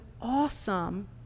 awesome